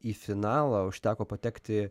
į finalą užteko patekti